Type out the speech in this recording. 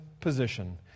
position